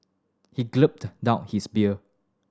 he gulped down his beer